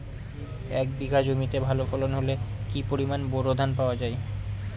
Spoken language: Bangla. এক বিঘা জমিতে ভালো ফলন হলে কি পরিমাণ বোরো ধান পাওয়া যায়?